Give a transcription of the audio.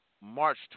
March